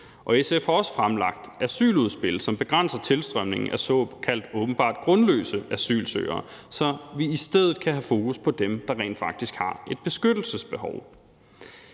SF har også fremlagt asyludspil, som begrænser tilstrømningen af såkaldt åbenbart grundløse asylsøgere, så vi i stedet kan have fokus på dem, der rent faktisk har et beskyttelsesbehov.